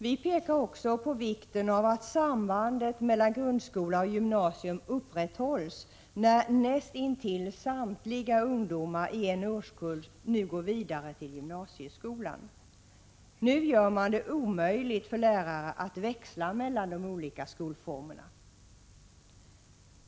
Vi pekar också på vikten av att sambandet mellan grundskola och gymnasium upprätthålls, när näst intill samtliga ungdomar i en årskull i dag går vidare till gymnasieskolan. Nu gör man det omöjligt för lärare att växla mellan de olika skolformerna.